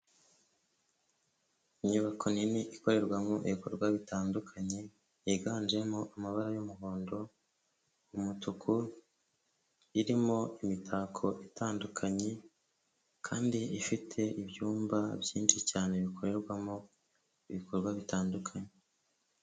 Inyubako nini ikorerwamo ibikorwa bitandukanye, yiganjemo amabara y'umuhondo, umutuku, irimo imitako itandukanye kandi ifite ibyumba byinshi cyane bikorerwamo ibikorwa bitandukanye.